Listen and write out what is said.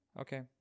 Okay